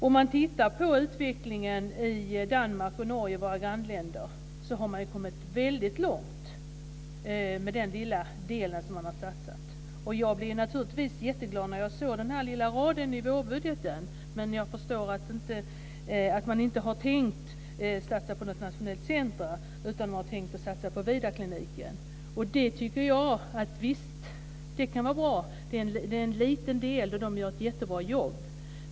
Utvecklingen i våra grannländer Danmark och Norge har kommit väldigt långt, med det lilla de har satsat. Jag blev mycket glad när jag såg den lilla raden i vårbudgeten. Jag förstår att man inte har tänkt starta något nationellt centrum, utan man tänker satsa på Vidarkliniken. Det kan vara bra. Det är en liten del. Vidarkliniken gör ett mycket bra jobb.